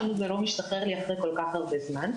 למה זה לא משתחרר לי אחרי כל כך הרבה זמן.